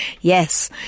Yes